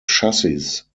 chassis